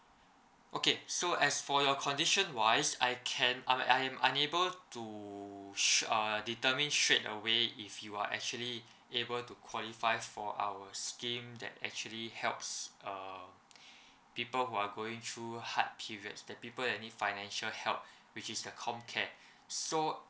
okay so as for your condition wise I can uh I am unable to sh~ uh determine straight away if you are actually able to qualify for our scheme that actually helps uh people who are going through hard periods and people that need financial help which is the comcare so